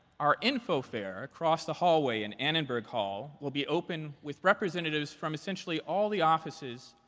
our info fair across the hallway in annenberg hall will be open with representatives from essentially all the offices,